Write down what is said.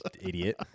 Idiot